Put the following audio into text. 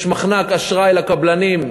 יש מחנק אשראי לקבלנים,